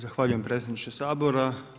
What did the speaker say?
Zahvaljujem predsjedniče Sabora.